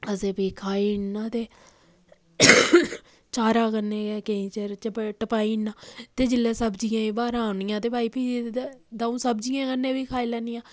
असें फ्ही खाई ओड़ना ते चारा कन्नै गै केईं चिर चप टपाई ओड़ना ते जिल्लै सब्जियें दियां ब्हारां औनियां ते भाई फ्ही द'ऊं सब्जियैं कन्नै बी खाई लैनियां